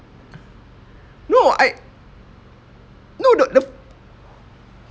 no I no the the